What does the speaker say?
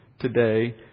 today